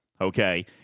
okay